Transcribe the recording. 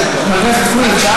רגע, רגע.